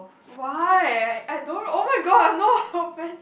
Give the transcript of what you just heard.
why I I don't oh my god no offence